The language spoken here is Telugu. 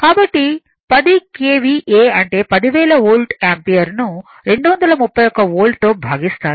కాబట్టి 10 KVA అంటే 10000 వోల్ట్ యాంపియర్ ను 231 వోల్ట్లతో భాగిస్తారు